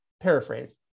paraphrase